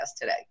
today